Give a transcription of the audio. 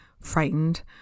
frightened